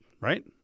Right